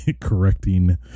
correcting